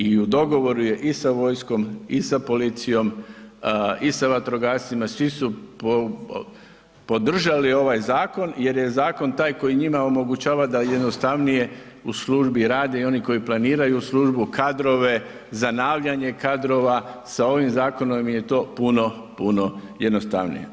I u dogovoru je i sa vojskom i sa policijom i sa vatrogascima, svi su podržali ovaj zakon jer je zakon taj koji njima omogućava da jednostavnije u službi rade i oni koji planiraju službu, kadrove, zanavljanje kadrova, sa ovim zakonom je to puno, puno jednostavnije.